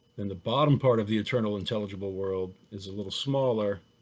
and the bottom part of the eternal intelligible world is a little smaller.